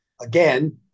again